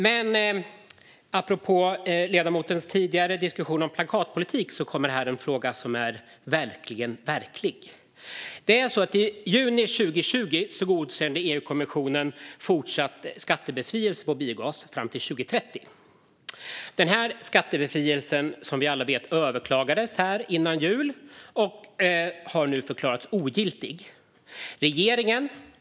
Men apropå ledamotens tidigare diskussion om plakatpolitik kommer här en fråga som verkligen är verklig. I juni 2020 godkände EU-kommissionen fortsatt skattebefrielse på biogas fram till 2030. Denna skattebefrielse överklagades, som vi alla vet, före jul och har nu förklarats ogiltig.